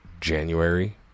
January